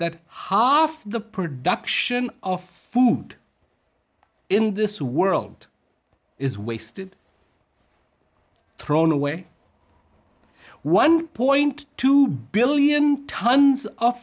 often the production of food in this world is wasted thrown away one point two billion tons of